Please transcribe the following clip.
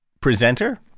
presenter